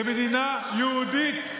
זאת מדינה יהודית,